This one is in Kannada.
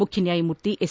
ಮುಖ್ಯ ನ್ವಾಯಮೂರ್ತಿ ಎಸ್